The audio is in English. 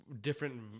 different